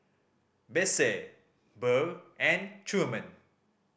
Besse Burr and Truman